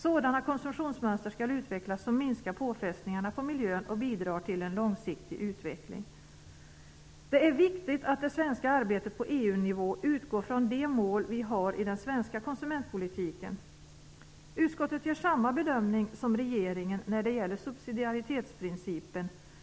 Sådana konsumtionsmönster skall utvecklas som minskar påfrestningarna på miljön och bidrar till en långsiktig utveckling. Det är viktigt att det svenska arbetet på EU-nivå utgår från de mål vi har i den svenska konsumentpolitiken. Utskottet gör samma bedömning som regeringen när det gäller subsidiaritetsprincipen.